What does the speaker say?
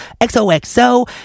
XOXO